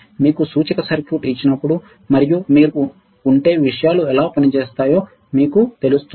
మీకు సూచిక సర్క్యూట్ ఇచ్చినప్పుడు మరియు మీరు ఉంటే విషయాలు ఎలా పనిచేస్తాయో మీకు తెలుస్తుంది